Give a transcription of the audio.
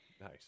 nice